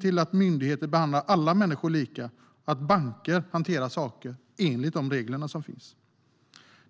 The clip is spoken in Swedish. till att myndigheter behandlar alla människor lika och till att banker hanterar saker enligt de regler som finns.